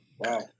Wow